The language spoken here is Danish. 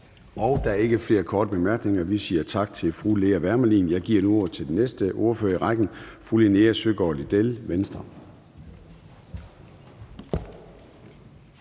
Der er ikke flere korte bemærkninger. Vi siger tak til fru Lea Wermelin. Jeg giver nu ordet til den næste ordfører i rækken, fru Linea Søgaard-Lidell, Venstre.